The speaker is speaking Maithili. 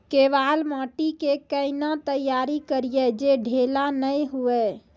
केवाल माटी के कैना तैयारी करिए जे ढेला नैय हुए?